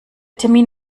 termin